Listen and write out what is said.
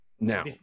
Now